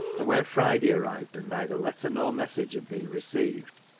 and when friday arrived and neither letter nor message had been received,